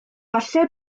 falle